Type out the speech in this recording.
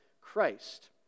Christ